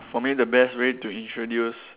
for me the best way to introduce